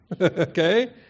Okay